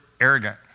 arrogant